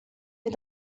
est